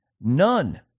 None